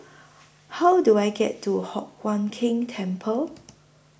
How Do I get to Hock Huat Keng Temple